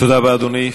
תודה רבה, אדוני.